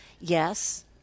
Yes